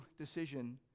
decision